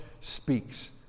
speaks